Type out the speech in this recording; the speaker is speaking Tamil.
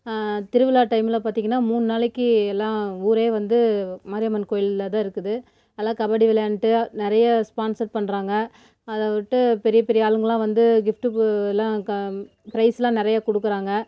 திருவிழா டைமில் பார்த்திங்கன்னா மூணு நாளைக்கு எல்லாம் ஊரே வந்து மாரியம்மன் கோயில்ல தான் இருக்குது நல்லா கபடி விளையாண்டு நிறையா ஸ்பான்சர் பண்ணுறாங்க அதை விட்டு பெரிய பெரிய ஆளுங்கெல்லாம் வந்து கிஃபிட்டு கு எல்லாம் க பிரைஸ் எல்லாம் நிறையா கொடுக்குறாங்க